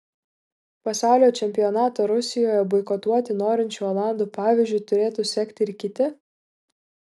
pasaulio čempionatą rusijoje boikotuoti norinčių olandų pavyzdžiu turėtų sekti ir kiti